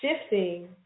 shifting